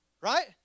right